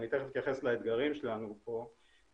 ואני תיכף אתייחס לאתגרים שלנו פה,